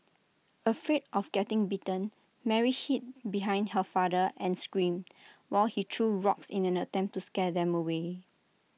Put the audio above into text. afraid of getting bitten Mary hid behind her father and screamed while he threw rocks in an attempt to scare them away